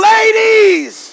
Ladies